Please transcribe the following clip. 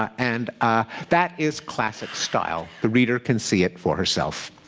and that is classic style. the reader can see it for herself.